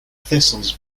thistles